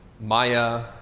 Maya